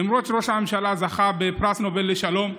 למרות שראש הממשלה זכה בפרס נובל לשלום.